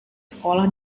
sekolah